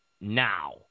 Now